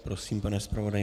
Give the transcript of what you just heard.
Prosím, pane zpravodaji.